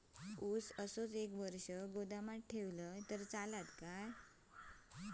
ऊस असोच एक वर्ष गोदामात ठेवलंय तर चालात?